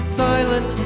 silent